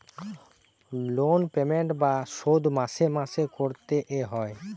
loan payment বা শোধ মাসে মাসে করতে এ হয়